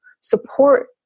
support